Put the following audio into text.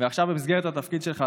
ועכשיו במסגרת התפקיד שלך,